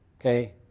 okay